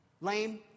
Lame